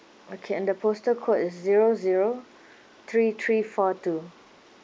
okay and the postal code is zero zero three three four two